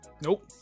Nope